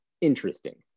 interesting